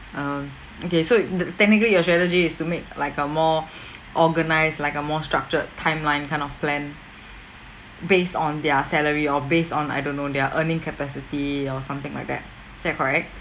um mm kay so if the technically your strategy is to make like a more organized like a more structured timeline kind of plan based on their salary or based on I don't know their earning capacity or something like that is that correct